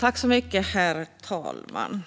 Herr talman!